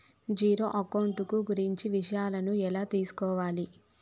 Zero account కు గురించి విషయాలను ఎలా తెలుసుకోవాలి?